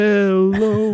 Hello